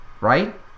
right